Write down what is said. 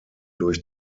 durch